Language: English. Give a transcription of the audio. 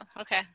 Okay